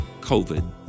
COVID